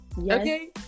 Okay